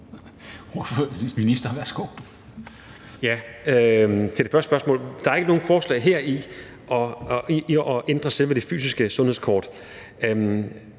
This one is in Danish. Der er ikke nogen forslag heri om at ændre selve det fysiske sundhedskort.